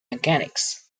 mechanics